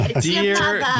Dear